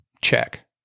check